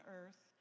earth